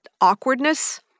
awkwardness